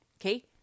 Okay